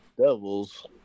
Devils